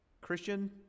Christian